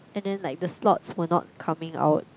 and then like the slots were not coming out